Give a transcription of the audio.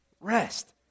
rest